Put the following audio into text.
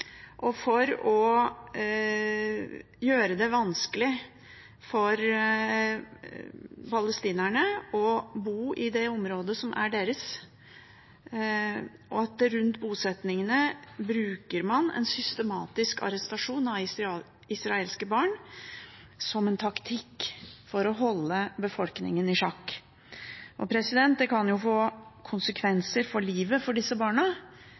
og for å gjøre det vanskelig for palestinerne å bo i det området som er deres, og at man rundt bosettingene bruker en systematisk arrestasjon av palestinske barn som en taktikk for å holde befolkningen i sjakk. Det kan få konsekvenser for livet for disse barna,